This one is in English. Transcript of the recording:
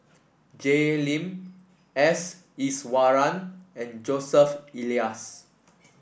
Jay Lim S Iswaran and Joseph Elias